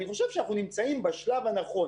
אני חושב שאנחנו נמצאים בשילוב הנכון